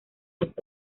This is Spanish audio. esta